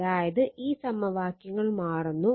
അതായത് ഈ സമവാക്യങ്ങൾ മാറുന്നു